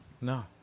no